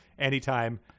anytime